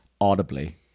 audibly